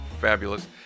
fabulous